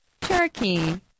Turkey